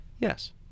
Yes